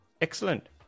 Excellent